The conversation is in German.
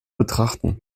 betrachten